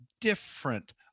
different